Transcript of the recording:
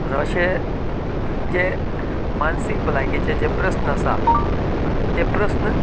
अशें जे मानसीक भलायकेचें जे प्रस्न आसा तें प्रस्न